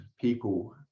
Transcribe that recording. people